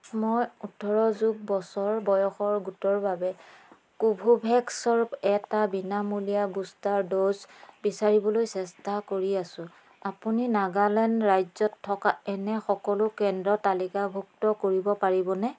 মই ওঠৰ যোগ বছৰ বয়সৰ গোটৰ বাবে কোভোভেক্সৰ এটা বিনামূলীয়া বুষ্টাৰ ড'জ বিচাৰিবলৈ চেষ্টা কৰি আছোঁ আপুনি নাগালেণ্ড ৰাজ্যত থকা এনে সকলো কেন্দ্ৰ তালিকাভুক্ত কৰিব পাৰিবনে